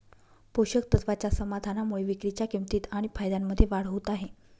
पोषक तत्वाच्या समाधानामुळे विक्रीच्या किंमतीत आणि फायद्यामध्ये वाढ होत आहे